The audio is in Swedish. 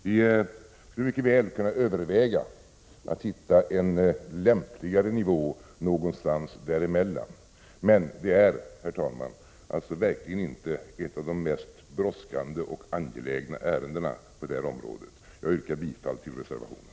Vi skulle mycket väl kunna överväga att hitta en lämpligare nivå någonstans där emellan, men det är, herr talman, verkligen inte ett av de mest brådskande och angelägna ärendena på detta område. Jag yrkar bifall till reservationen.